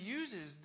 uses